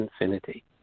infinity